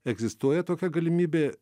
egzistuoja tokia galimybė